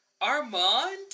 Armand